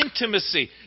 intimacy